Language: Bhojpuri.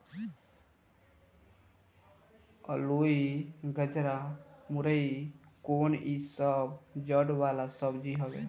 अलुई, गजरा, मूरइ कोन इ सब जड़ वाला सब्जी हवे